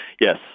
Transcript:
yes